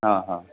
हा हा